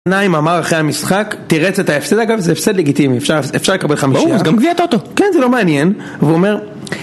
נעים אמר אחרי המשחק, תירץ את ההפסד, אגב, זה הפסד לגיטימי, אפשר לקבל חמישייה ברור, זה גם גביע טוטו כן, זה לא מעניין, והוא אומר...